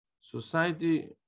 Society